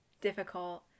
difficult